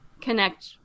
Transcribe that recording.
connect